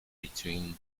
between